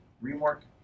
Remark